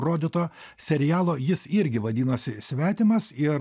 rodyto serialo jis irgi vadinosi svetimas ir